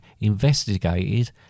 investigated